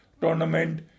tournament